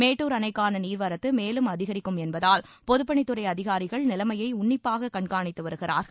மேட்டுர் அணைக்கான நீர்வரத்து மேலும் அதிகிக்கும் என்பதால் பொதுப்பணித் துறை அதிகாரிகள் நிலைமை உன்னிப்பாக கண்காணித்து வருகிறார்கள்